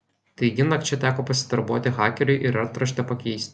taigi nakčia teko pasidarbuoti hakeriui ir antraštę pakeisti